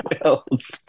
else